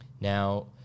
Now